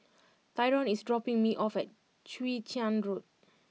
Tyrone is dropping me off at Chwee Chian Road